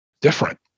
different